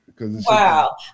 Wow